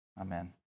Amen